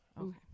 Okay